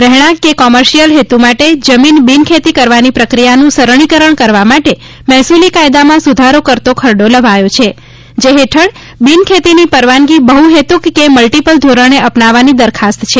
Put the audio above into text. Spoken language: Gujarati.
રહેણાંક કે કોમર્શિયલ હેતુ માટે જમીન બિનખેતી કરવાની પ્રક્રિયાનું સરળીકરણ કરવા માટે મહેસુલી કાયદામાં સુધારો કરતો ખરડો લવાયો છે જે હેઠળ બિનખેતીની પરવાનગી બહુહેતુક કે મલ્ટીપલ ધોરણે આપવાની દરખાસ્ત છે